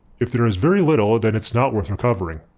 if there is very little, then it's not worth recovering.